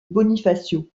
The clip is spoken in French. bonifacio